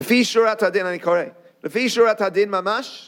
לפי שורת הדין אני קורא, לפי שורת הדין ממש